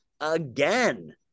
again